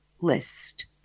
list